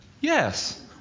Yes